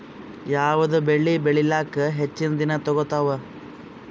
ಯಾವದ ಬೆಳಿ ಬೇಳಿಲಾಕ ಹೆಚ್ಚ ದಿನಾ ತೋಗತ್ತಾವ?